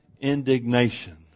indignation